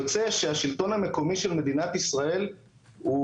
יוצא שהשלטון המקומי של מדינת ישראל הוא